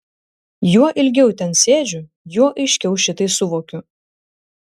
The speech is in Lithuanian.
juo ilgiau ten sėdžiu juo aiškiau šitai suvokiu